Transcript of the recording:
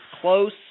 close